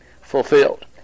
fulfilled